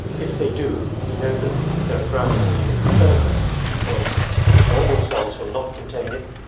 if they do we know that there are grounds to look further because normal cells will not contain it,